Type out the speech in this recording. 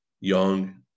Young